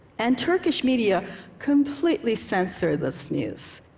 and turkish media completely censored this news.